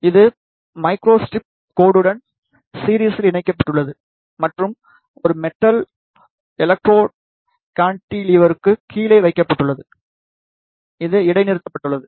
இது மைக்ரோஸ்ட்ரிப் கோடுடன் சீரிஸ்ல் இணைக்கப்பட்டுள்ளது மற்றும் ஒரு மெட்டல் எலெக்ட்ரோட் கான்டிலீவருக்குக் கீழே வைக்கப்பட்டுள்ளது இது இடைநிறுத்தப்பட்டுள்ளது